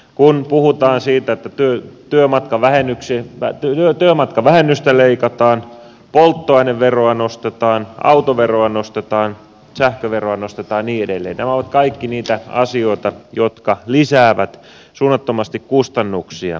kun puhutaan siitä että työmatkavähennystä leikataan polttoaineveroa nostetaan autoveroa nostetaan sähköveroa nostetaan ja niin edelleen ne ovat kaikki niitä asioita jotka lisäävät suunnattomasti kustannuksia